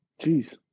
Jeez